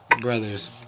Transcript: brothers